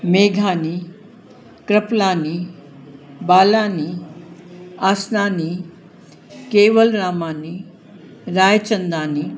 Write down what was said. मेघानी Kripalani Balani Asnani Kewalramani Raichandani